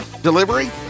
Delivery